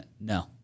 No